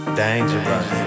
dangerous